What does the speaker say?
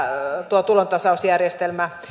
tuo tulontasausjärjestelmä